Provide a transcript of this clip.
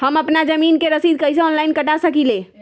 हम अपना जमीन के रसीद कईसे ऑनलाइन कटा सकिले?